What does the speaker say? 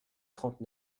trente